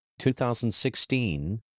2016